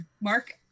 Mark